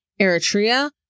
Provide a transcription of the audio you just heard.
Eritrea